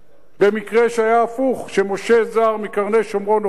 במקרה שהיה הפוך, שמשה זר מקרני-שומרון הוכיח